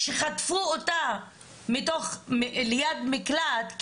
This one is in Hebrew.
שחטפו אותה מתוך ליד מקלט,